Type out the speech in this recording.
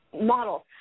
models